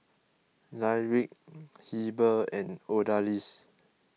Lyric Heber and Odalys